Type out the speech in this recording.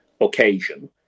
occasion